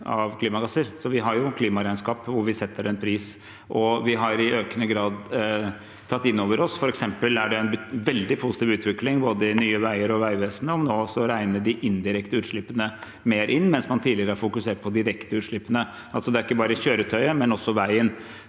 Vi har klimaregnskap hvor vi setter en pris, og vi har i økende grad tatt det inn over oss. For eksempel er det en veldig positiv utvikling i både Nye veier og Vegvesenet om også å regne de indirekte utslippene mer inn, mens man tidligere har fokusert på de direkte utslippene. Det er ikke bare kjøretøyet, men også veien.